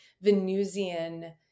Venusian